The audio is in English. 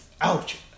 Ouch